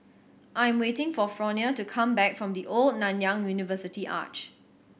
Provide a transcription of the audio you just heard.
I'm waiting for Fronia to come back from The Old Nanyang University Arch